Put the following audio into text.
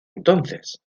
entonces